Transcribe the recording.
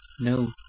No